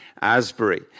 Asbury